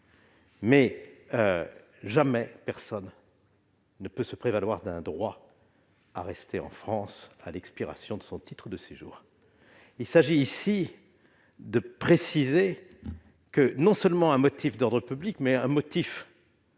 mais personne ne peut se prévaloir d'un droit à rester en France à l'expiration de son titre de séjour. Il s'agit ici de prévoir que, comme un motif d'ordre public, un rejet